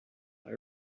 sigh